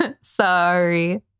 sorry